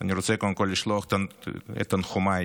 קודם כול לשלוח את תנחומיי